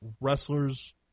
wrestlers